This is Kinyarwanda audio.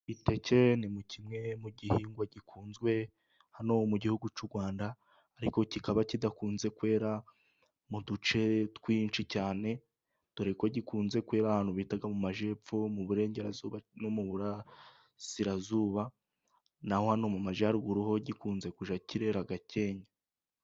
Iteke ni kimwe mu gihingwa gikunzwe hano mu Gihugu cy'u Rwanda, ariko kikaba kidakunze kwera mu duce twinshi cyane, dore ko gikunze kwera ahantu bita mu majyepfo, mu burengerazuba, no mu burasirazuba, naho hano mu majyaruguru ho gikunze kujya kera gakeya.